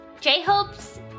J-Hope's